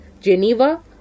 Geneva